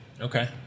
Okay